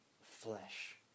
flesh